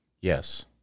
Yes